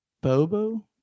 Bobo